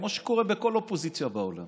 כמו שקורה בכל אופוזיציה בעולם,